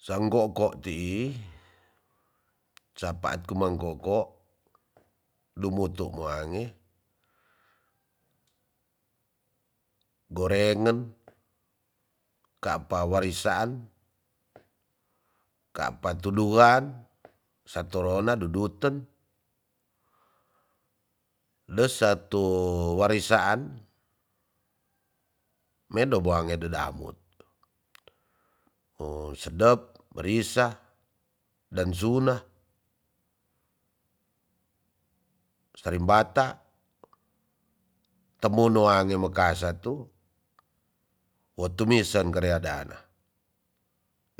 Sang koko tii capat kumang koko dumutu mo ange gorengen kapa warisaan kapa tuduan sa torona duduten de desa to warisaan mendo boange dadamut o sesep merisa dan suna sarimbata temu noane mekasa tu wo tumisen karia dana